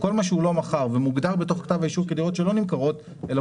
כל מה שהוא לא מכר ומוגדר בתוך כתב האישור כדירות שלא נמכרות אלא